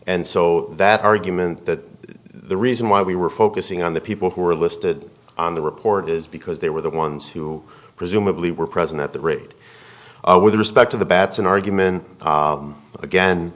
and so that argument that the reason why we were focusing on the people who were listed on the report is because they were the ones who presumably were present at the rate with respect to the batson argument